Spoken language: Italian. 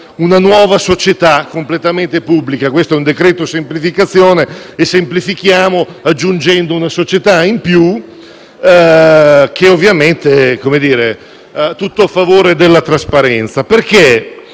una nuova società completamente pubblica. Questo è un decreto semplificazione e semplifichiamo aggiungendo una società in più, che ovviamente è a tutto favore della trasparenza.